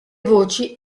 voci